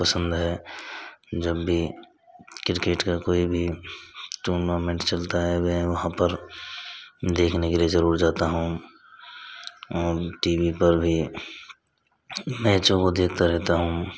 पसंद है जब भी किरकेट का कोई भी टूर्नामेंट चलता रहता है वह वहाँ पर देखने के लिए ज़रूर जाता हूँ टी वी पर भी मैचों को देखता रहता हूँ